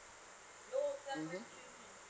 mmhmm